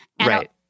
Right